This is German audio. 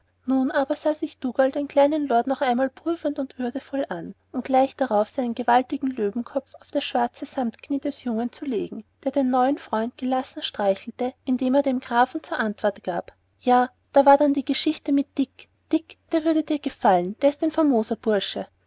nun aber sah sich dougal den kleinen lord noch einmal prüfend und würdevoll an um gleich darauf seinen gewaltigen löwenkopf auf das schwarze samtknie des jungen zu legen der den neuen freund gelassen streichelte indem er dem grafen zur antwort gab ja da war dann die geschichte mit dick dick der würde dir gefallen der ist ein famoser bursche